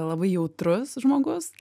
labai jautrus žmogus